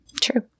True